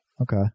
Okay